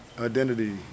identity